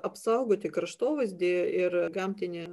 apsaugoti kraštovaizdį ir gamtinį